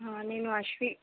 నేను అశ్వి